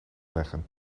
leggen